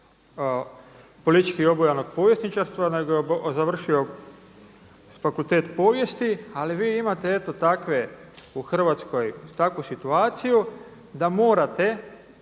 politički obojenog povjesničarstva, nego je završio fakultet povijesti. Ali vi imate eto takve u Hrvatskoj takvu situaciju da morate